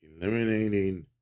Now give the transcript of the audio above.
eliminating